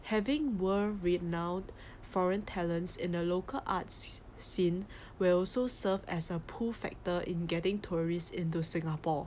having world renowned foreign talents in the local arts s~ scene will also serve as a pull factor in getting tourists into singapore